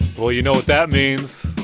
well, you know what that means.